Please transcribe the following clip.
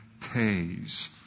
pays